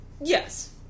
Yes